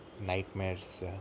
nightmares